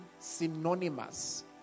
synonymous